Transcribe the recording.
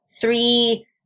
three